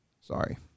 Sorry